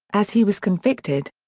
as he was convicted.